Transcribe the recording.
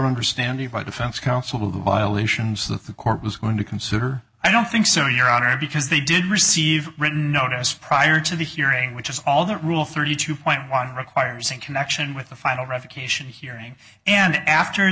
understanding by defense counsel who violations that the court was going to consider i don't think so your honor because they did receive written notice prior to the hearing which is all that rule thirty two point one requires in connection with a final revocation hearing and after